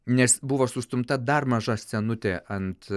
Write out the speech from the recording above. nes buvo sustumta dar maža scenutė ant